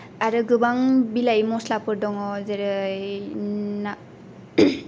आरो गोबां बिलाइ मस्लाफोर दङ जेरै ना